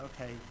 Okay